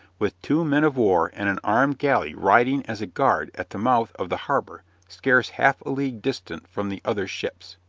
with two men-of-war and an armed galley riding as a guard at the mouth of the harbor, scarce half a league distant from the other ships.